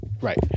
Right